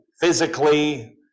physically